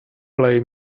play